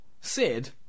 Sid